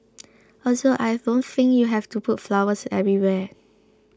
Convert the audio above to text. also I don't think you have to put flowers everywhere